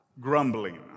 grumbling